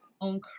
on